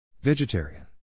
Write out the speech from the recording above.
Vegetarian